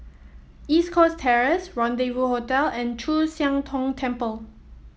East Coast Terrace Rendezvous Hotel and Chu Siang Tong Temple